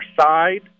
side